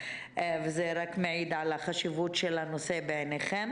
זה רק מעיד על החשיבות של הנושא בעיניכם.